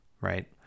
right